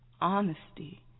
honesty